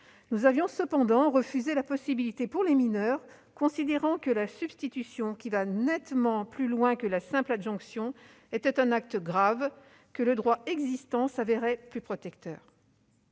Nous avions cependant refusé cette possibilité pour les mineurs, considérant que la substitution- qui va nettement plus loin que la simple adjonction -était un acte grave et que le droit existant s'avérait plus protecteur.